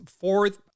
fourth